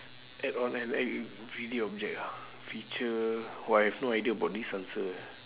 add on an everyday object ah feature !wah! I have no idea about this answer